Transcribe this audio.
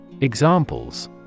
Examples